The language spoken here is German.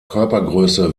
körpergröße